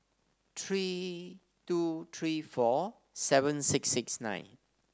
three two three four seven six six nine